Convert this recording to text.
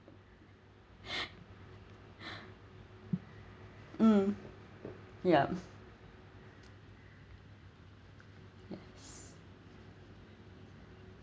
mm yup yes